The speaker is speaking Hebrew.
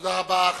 תודה רבה.